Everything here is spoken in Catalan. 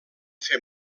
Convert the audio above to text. fer